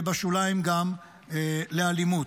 ובשוליים, גם לאלימות.